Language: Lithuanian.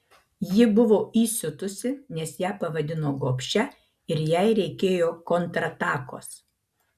ji buvo įsiutusi nes ją pavadino gobšia ir jai reikėjo kontratakos